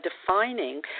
defining